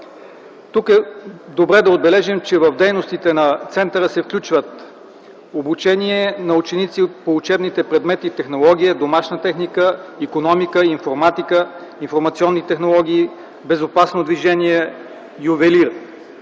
Тук е добре да отбележим, че в дейностите на центъра се включват обучение на ученици по учебните предмети технология, домашна техника, икономика, информатика, информационни технологии, безопасно движение, ювелир,